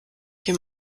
die